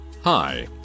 Hi